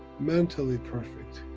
mentally perfect,